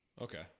Okay